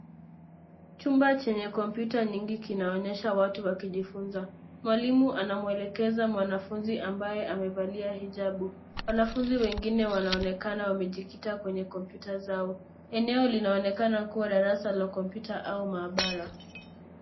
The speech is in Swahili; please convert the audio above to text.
Chumba chenye komputa nyingi kinaonyesha watu wakijifunza. Mwalimu anamwelekeza mwanafunzi ambaye amevalia hijabu. Wanafunzi wengine wanaonekana wamejikita kwenye kompyuta zao. Eneo linaonekana kuwa darasa la kompyuta au mahabara.